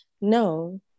No